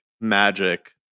magic